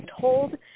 told